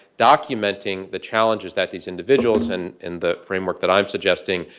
documenting the challenges that these individuals and, in the framework that i'm suggesting,